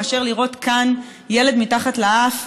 מאשר לראות כאן ילד מתחת לאף?